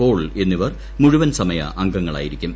Paul എന്നിവർ മുഴുവൻ സമയ അംഗങ്ങളായിരിക്കും